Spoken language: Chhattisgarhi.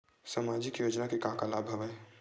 सामाजिक योजना के का का लाभ हवय?